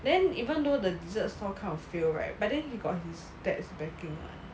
then even though the dessert store kind of fail right but then he got he's dad's backing [one]